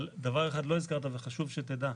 אבל דבר אחד לא הזכרת, וחשוב שתדע,